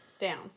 down